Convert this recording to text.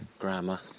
grammar